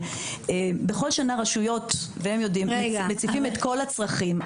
בכל שנה רשויות מציפות את כל הצרכים,